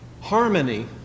Harmony